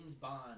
Bond